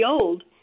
old